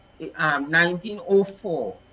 1904